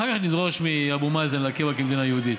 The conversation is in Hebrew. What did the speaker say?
ואחר כך נדרוש מאבו מאזן להכיר בה כמדינה יהודית.